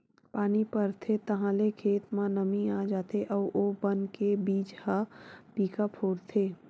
पानी परथे ताहाँले खेत म नमी आ जाथे अउ ओ बन के बीजा ह पीका फोरथे